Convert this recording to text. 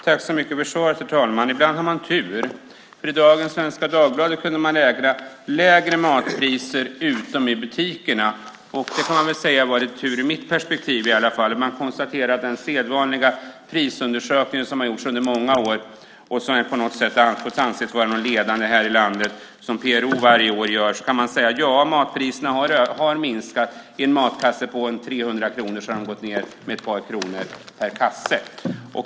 Herr talman! Tack för svaret! Ibland har man tur, för i dagens Svenska Dagbladet kunde man läsa: "Lägre matpriser - utom i butikerna." Det kan man säga var tur, i alla fall ur mitt perspektiv. Man konstaterar i den sedvanliga prisundersökning som PRO gör varje år, som har gjorts under många år och som får anses vara ledande här i landet, att matpriserna har minskat. I en matkasse för ca 300 kronor har de gått ned med ett par kronor.